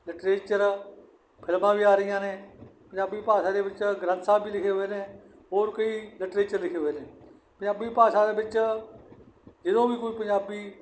literature ਫਿਲਮਾਂ ਵੀ ਆ ਰਹੀਆਂ ਨੇ ਪੰਜਾਬੀ ਭਾਸ਼ਾ ਦੇ ਵਿੱਚ ਗ੍ਰੰਥ ਸਾਹਿਬ ਵੀ ਲਿਖੇ ਹੋਏ ਨੇ ਹੋਰ ਕੋਈ ਲਿਟਰੇਚਰ ਲਿਖੇ ਹੋਏ ਨੇ ਪੰਜਾਬੀ ਭਾਸ਼ਾ ਦੇ ਵਿੱਚ ਜਦੋਂ ਵੀ ਕੋਈ ਪੰਜਾਬੀ